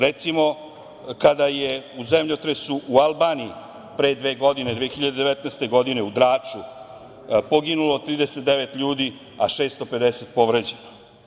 Recimo, kada je u zemljotresu u Albaniji pre dve godine, 2019. godine u Draču poginulo 39 ljudi, a 650 povređeno.